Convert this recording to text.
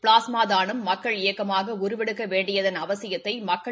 plasma தானம் மக்கள் இயக்கமாக உருவெடுக்க வேண்டியதன் அவசியத்தை மக்கள்